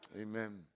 Amen